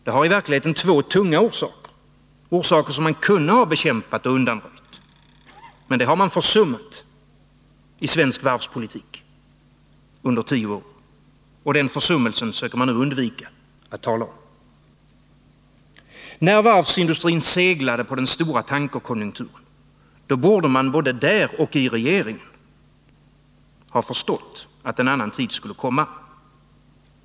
Det har i verkligheten två tunga orsaker, som man kunde ha bekämpat och undanröjt. Men det har man försummat i svensk varvspolitik under tio år. Och den försummelsen försöker man nu undvika att tala om. När varvsindustrin seglade på den stora tankerkonjunkturen borde man både där och i regeringen ha förstått att en annan tid skulle komma.